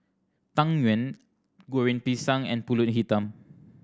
Tang Yuen Goreng Pisang and Pulut Hitam